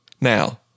Now